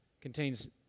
contains